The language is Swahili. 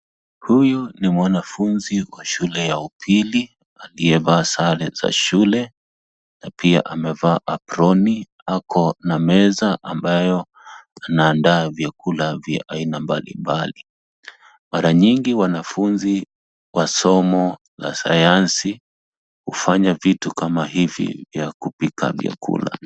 Huyu ni mwanafunzi wa shule ya upili aliyevaa sare za shule na pia amevaa aproni akona meza ambayo anaandaa vyakula vya aina mbalimbali mara nyingi wanafunzi wa somo la sayansi hufanya vitu kama hivi vya kupika vyakula.